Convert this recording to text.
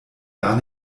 gar